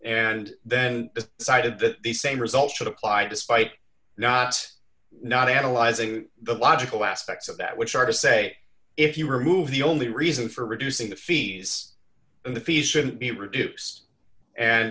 and then decided that the same result should apply despite not not analyzing the logical aspects of that which are to say if you remove the only reason for reducing the fees the fee should be reduced and